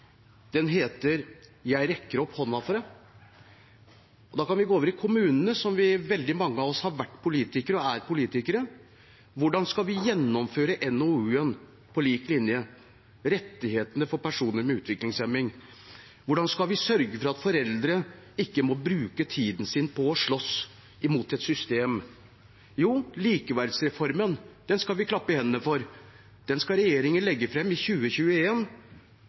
rekker opp hånden for deg». Da kan vi gå over til kommunene, der veldig mange av oss har vært, og er, politikere: Hvordan skal vi gjennomføre NOU-en På lik linje, om rettighetene for personer med utviklingshemming? Hvordan skal vi sørge for at foreldre ikke må bruke tiden sin på å slåss mot et system? Jo, likeverdsreformen, den skal vi klappe i hendene for. Den skal regjeringen legge fram i